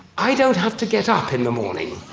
i don't have to get up in the morning.